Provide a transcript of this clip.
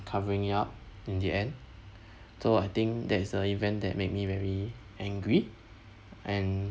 covering it up in the end so I think that is a event that make me very angry and